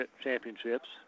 championships